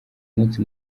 munsi